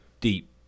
deep